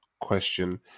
question